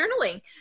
journaling